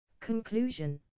Conclusion